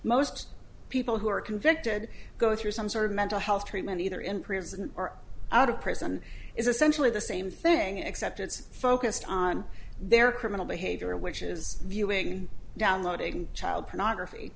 most people who are convicted go through some sort of mental health treatment either in prison or out of prison is essentially the same thing except it's focused on their criminal behavior which is viewing downloading child pornography